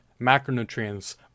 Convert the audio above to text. macronutrients